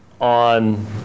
on